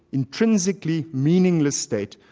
intrinsically meaningless state,